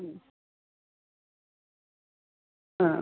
ആ